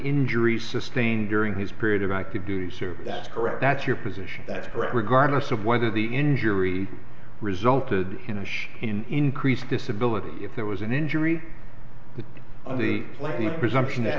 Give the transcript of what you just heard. injury sustained during his period of active duty service correct that's your position that regardless of whether the injury resulted in a shot increase disability if there was an injury the only place the presumption that